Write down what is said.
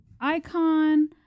icon